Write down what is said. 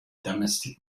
domestic